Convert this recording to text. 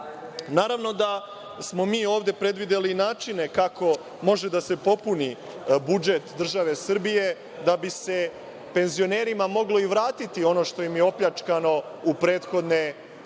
Srbiji. Naravno, da smo mi ovde predvideli i načine kako može da se popuni budžet države Srbije da bi se penzionerima moglo i vratiti ono što je im je opljačkano u prethodne tri